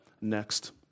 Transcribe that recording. next